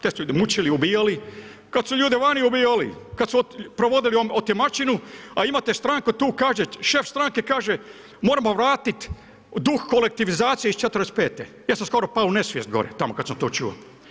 Te su ljude mučili, ubijali, kad su ljude vani ubijali, kad su provodili otimačinu a imate stranku tu, šef stranke kaže moramo vratiti duh kolektivizacije iz '45., ja sam skoro pao u nesvijest gore tamo kad sam čuo.